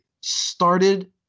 started